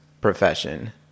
profession